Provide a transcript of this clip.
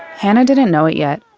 hana didn't know it yet,